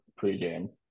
pregame